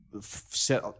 set